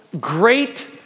great